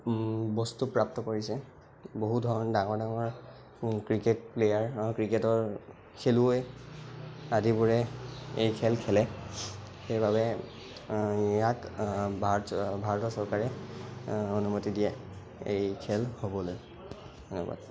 বস্তু প্ৰাপ্ত কৰিছে বহু ধৰণৰ ডাঙৰ ডাঙৰ ক্ৰিকেট প্লেয়াৰ ক্ৰিকেটৰ খেলুৱৈ আদিবোৰে এই খেল খেলে সেইবাবে ইয়াক ভাৰত ভাৰতৰ চৰকাৰে অনুমতি দিয়ে এই খেল হ'বলৈ ধন্য়বাদ